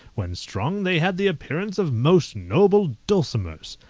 when strung, they had the appearance of most noble dulcimers.